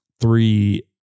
three